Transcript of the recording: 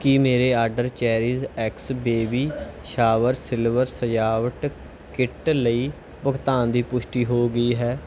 ਕੀ ਮੇਰੇ order CherishX baby shower silver ਸਜਾਵਟ kit ਲਈ ਭੁਗਤਾਨ ਦੀ ਪੁਸ਼ਟੀ ਹੋ ਗਈ ਹੈ